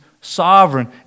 sovereign